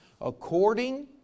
According